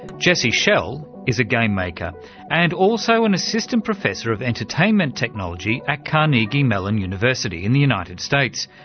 jesse schell is a game maker and also an assistant professor of entertainment technology at carnegie mellon university in the united states.